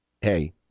hey